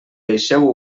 deixeu